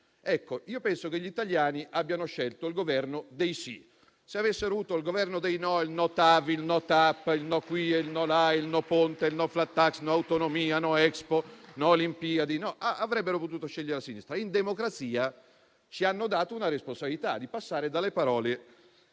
penso che gli italiani abbiano scelto il Governo dei sì. Se avessero voluto il Governo dei no (no TAV, no TAP, no qui, no là, no Ponte, no *flat tax*, no autonomia, no Expo, no Olimpiadi) avrebbero potuto scegliere la sinistra. In democrazia ci hanno dato una responsabilità: quella di passare dalle parole